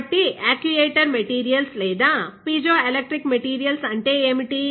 కాబట్టి actuator materials లేదా piezoelectric materials అంటే ఏమిటి